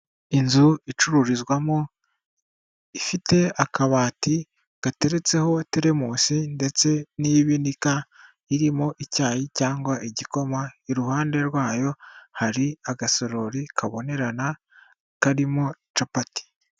Inzu icururizwamo, ifite akabati gateretseho teremunsi ndetse n'ibinika irimo icyayi cyangwa igikoma, iruhande rwayo hari agasorori kabonerana karimo capati.